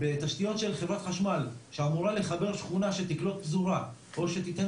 בתשתיות של חברת חשמל שאמורה לחבר שכונה שתקלוט פזורה או שתיתן